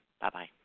Bye-bye